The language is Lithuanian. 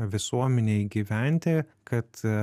visuomenėj gyventi kad